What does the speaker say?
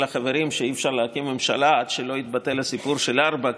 החברים שאי-אפשר להקים ממשלה עד שלא יתבטל הסיפור של הארבעה,